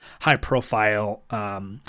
high-profile